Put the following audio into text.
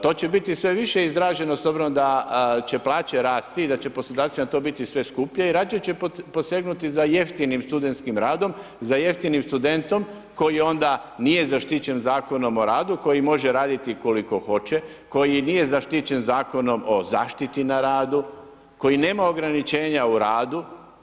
To će biti sve više izraženo s obzirom da će plaće rasti i da će poslodavcima to biti sve skuplje i radije će posegnuti za jeftinim studentskim radom, za jeftinim studentom koji onda nije zaštićen Zakonom o radu, koji može raditi koliko hoće, koji nije zaštićen Zakonom o zaštiti na radu, koji nema ograničenja u radu.